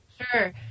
Sure